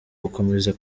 gukomeza